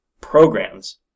programs